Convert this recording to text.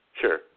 Sure